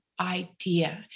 idea